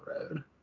road